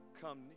come